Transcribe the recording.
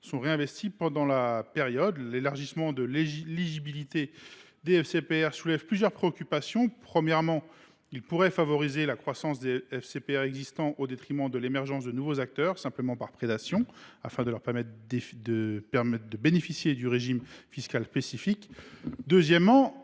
sont réinvestis pendant cette période. L’élargissement de l’éligibilité des FCPR soulève plusieurs inquiétudes. Premièrement, cela pourrait favoriser la croissance des FCPR existants au détriment de l’émergence de nouveaux acteurs, simplement par prédation, afin de leur permettre de bénéficier du régime fiscal spécifique. Deuxièmement,